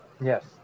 Yes